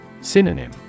Synonym